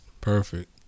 perfect